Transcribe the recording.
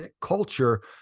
culture